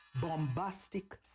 bombastic